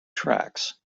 tracks